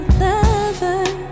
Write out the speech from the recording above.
lover